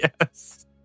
Yes